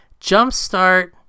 Jumpstart